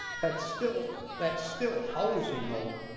that's still that's still housing though,